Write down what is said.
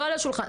לא על השולחן.